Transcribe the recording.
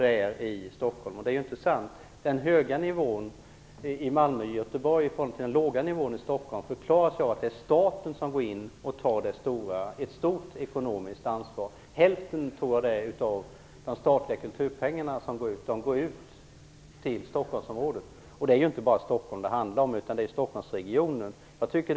Det är inte så. Förhållandet mellan denna höga nivå i Malmö och i Göteborg och den låga nivån i Stockholm förklaras av att staten tar ett stort ekonomiskt ansvar. Hälften av de statliga kulturpengarna går till Stockholmsområdet, som inte bara omfattar Stockholms stad utan också regionen där omkring.